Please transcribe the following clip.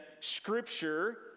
scripture